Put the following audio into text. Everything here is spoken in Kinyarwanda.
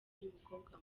y’umukobwa